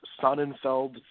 Sonnenfeld